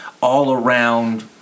all-around